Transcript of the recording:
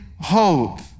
hope